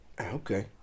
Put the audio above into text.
Okay